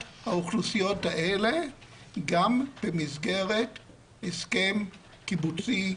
האוכלוסיות האלה גם במסגרת הסכם קיבוצי סדיר.